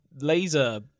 Laser